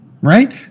Right